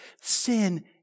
sin